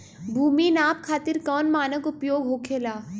भूमि नाप खातिर कौन मानक उपयोग होखेला?